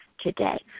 today